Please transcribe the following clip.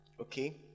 okay